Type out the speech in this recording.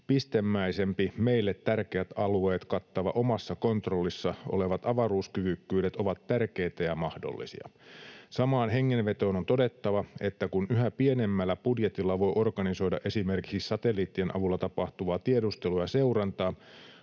pistemäisemmät, meille tärkeät alueet kattavat, omassa kontrollissa olevat avaruuskyvykkyydet ovat tärkeitä ja mahdollisia. Samaan hengenvetoon on todettava, että kun yhä pienemmällä budjetilla voi organisoida esimerkiksi satelliittien avulla tapahtuvaa tiedustelua ja seurantaa,